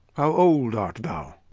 how old art thou?